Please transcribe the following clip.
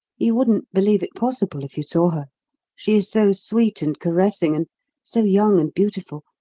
you wouldn't believe it possible, if you saw her she is so sweet and caressing, and so young and beautiful,